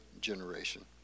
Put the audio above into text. generation